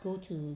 go to